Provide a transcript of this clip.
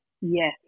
Yes